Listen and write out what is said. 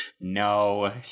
no